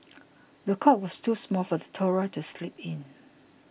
the cot was too small for the toddler to sleep in